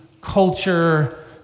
culture